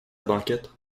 banquette